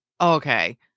okay